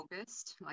August